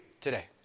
today